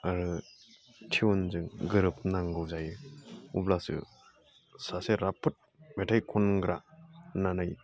आरो टिउनजों गोरोबनांगौ जायो अब्लासो सासे राफोद मेथाइ खनग्रा होननानै